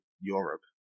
Europe